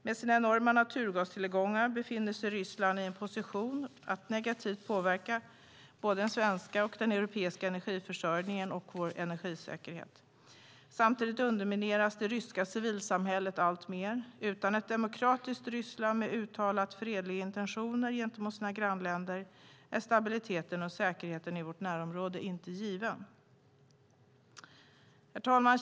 Med sina enorma naturgastillgångar befinner sig Ryssland i en position att negativt påverka den svenska och europeiska energiförsörjningen och vår energisäkerhet. Samtidigt undermineras det ryska civilsamhället alltmer. Utan ett demokratiskt Ryssland, med uttalat fredliga intentioner gentemot sina grannländer, är stabiliteten och säkerheten i vårt närområde inte givna. Herr talman!